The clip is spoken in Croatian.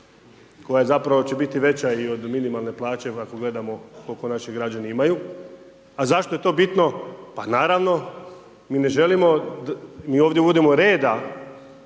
koja zapravo će biti veća i od minimalne plaće ako gledamo koliko naši građani imaju. A zašto je to bitno? Pa naravno mi ne želimo, mi ovdje uvodimo reda